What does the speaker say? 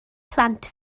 plant